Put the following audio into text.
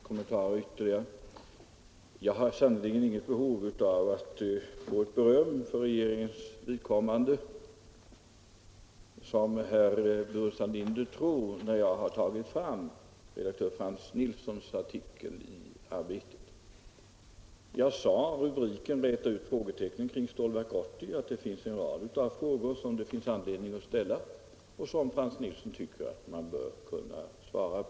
Herr talman! Bara ytterligare några kommentarer. Jag har sannerligen inte, som herr Burenstam Linder tror, haft något behov av beröm för regeringens vidkommande när jag har pekat på redaktör Frans Nilssons artikel i Arbetet. Jag sade i anslutning till rubriken för artikeln — ”Räta ut frågetecknen kring Stålverk 80” — att det finns anledning att ställa en rad frågor och att Frans Nilsson tycker att de bör kunna besvaras.